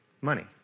Money